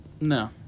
No